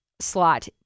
slot